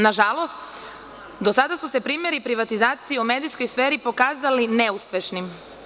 Nažalost, do sada su se primeri privatizacije u medijskoj sferi pokazali neuspešnim.